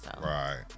Right